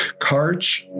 Karch